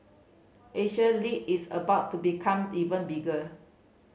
Asia lead is about to become even bigger